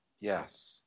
Yes